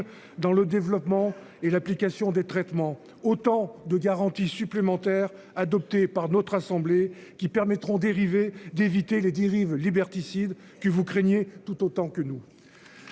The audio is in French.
dans le développement et l'application des traitements, autant de garanties supplémentaires adoptée par notre assemblée qui permettront. D'éviter les dérives liberticides que vous craignez tout autant que nous.